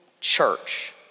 church